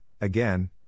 again